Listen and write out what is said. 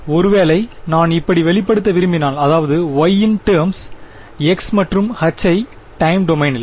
ஒருவேளை நான் இப்படி வெளிப்படுத்த விரும்பினால் அதாவது y இன் டெர்ம்ஸ் x மற்றும் h ஐ டைம் டொமைனில்